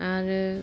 आरो